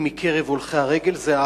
הולכי הרגל מקרב נפגעי תאונות הדרכים,